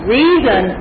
reason